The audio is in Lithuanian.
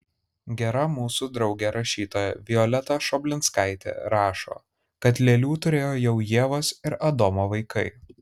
gera mūsų draugė rašytoja violeta šoblinskaitė rašo kad lėlių turėjo jau ievos ir adomo vaikai